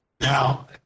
Now